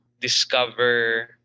discover